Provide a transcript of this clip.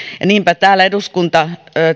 niinpä täällä eduskunta